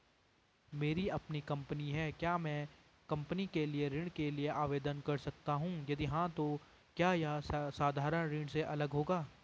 मेरी अपनी कंपनी है क्या मैं कंपनी के लिए ऋण के लिए आवेदन कर सकता हूँ यदि हाँ तो क्या यह साधारण ऋण से अलग होगा?